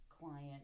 client